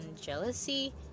jealousy